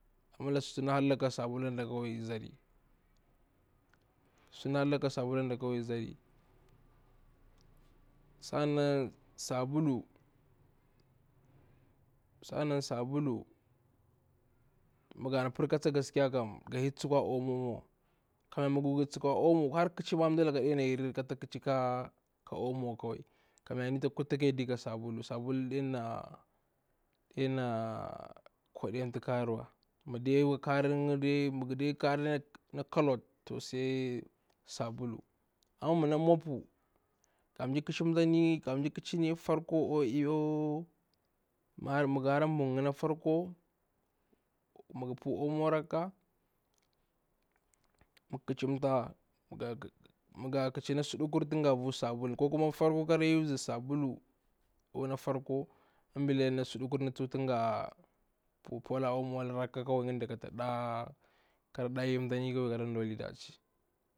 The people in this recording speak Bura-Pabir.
Ambila, sutu nda hallaga ka sabulu nga ƙawai zari, sutu nda hallaga ka sabulu da zari kawai, sa nan sabulu sa nan sabulu ma ga par ka tsa gaskiya kam ga hir tsukwa omo wa, kamya maga tsukwa omo nda laka ma taɗe na hir kata kachaka omo wa kawai kamya ani taƙa kurta ka yar, da ka sabulu, kamyar sabulu aɗe na aɗe na koɗamta kariwa, ma de karinga, ma de kari na coloured, to sai sabulu, amma ma na mwapu ga nzan ƙachani na farko akwai ma ga hara bu nda na farko, ma ga pu omo rakka ma ga kachata, ma ga ƙacha a sudukur ga use sabulu, ambila na suɗuku ga pula omo wala rakka ka wai kata da yimtani kan ɗolamta daci.